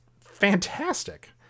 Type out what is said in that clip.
fantastic